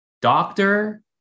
Doctor